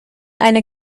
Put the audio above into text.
eine